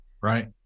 Right